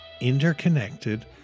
interconnected